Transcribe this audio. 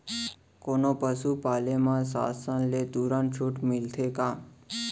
कोनो पसु पाले म शासन ले तुरंत छूट मिलथे का?